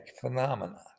phenomena